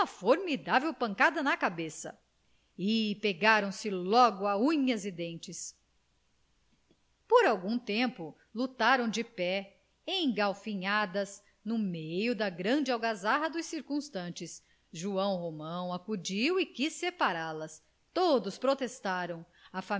formidável pancada na cabeça e pegaram se logo a unhas e dentes por algum tempo lutaram de pé engalfinhadas no meio de grande algazarra dos circunstantes joão romão acudiu e quis separá las todos protestaram